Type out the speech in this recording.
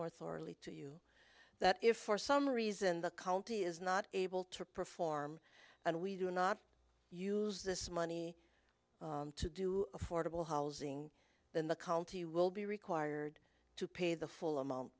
more thorley to you that if for some reason the county is not able to perform and we do not use this money to do affordable housing then the county will be required to pay the full amount